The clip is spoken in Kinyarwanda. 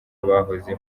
abahoze